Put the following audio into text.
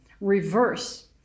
reverse